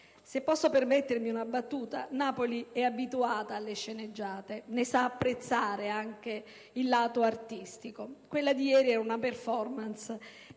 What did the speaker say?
Se posso permettermi una battuta, Napoli è abituata alle sceneggiate, ne sa apprezzare anche il lato artistico. Quella di ieri è una *performance*